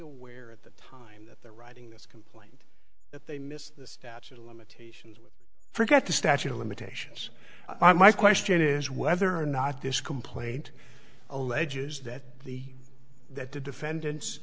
aware at the time that they're writing this complaint that they miss the statute of limitations forget the statute of limitations my question is whether or not this complaint alleges that the that the defendant